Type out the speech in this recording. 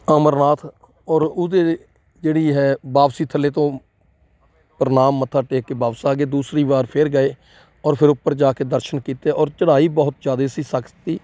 ਅਮਰਨਾਥ ਔਰ ਉਹਦੇ ਜਿਹੜੀ ਹੈ ਵਾਪਸੀ ਥੱਲੇ ਤੋਂ ਪ੍ਰਣਾਮ ਮੱਥਾ ਟੇਕ ਕੇ ਵਾਪਿਸ ਆ ਗਏ ਦੂਸਰੀ ਵਾਰ ਫਿਰ ਗਏ ਔਰ ਫਿਰ ਜਾ ਕੇ ਦਰਸ਼ਨ ਕੀਤੇ ਔਰ ਚੜ੍ਹਾਈ ਬਹੁਤ ਜ਼ਿਆਦਾ ਸੀ ਸਖਤ ਸੀ